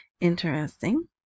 interesting